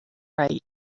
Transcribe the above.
right